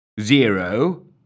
zero